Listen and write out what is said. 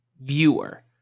viewer